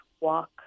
walk